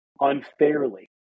unfairly